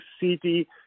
city